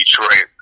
Detroit